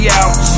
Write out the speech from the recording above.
out